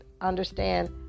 understand